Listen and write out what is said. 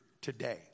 today